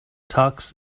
tux